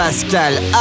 Pascal